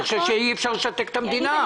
אני חושב שאי אפשר לשתק את המדינה.